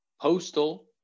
Postal